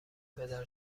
پدر